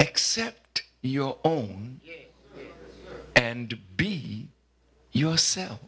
except your own and be yourself